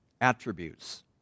attributes